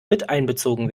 miteinbezogen